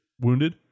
wounded